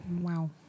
Wow